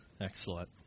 excellent